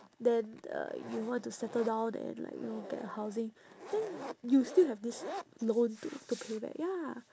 then uh you want to settle down and like you know get housing then you you still have this loan to to pay back ya